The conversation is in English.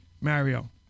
Mario